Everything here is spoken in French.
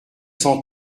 cent